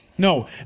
No